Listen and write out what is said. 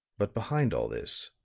but behind all this,